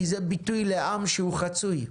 כי זה ביטוי לעם שהוא חצוי.